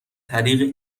طریق